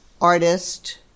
artist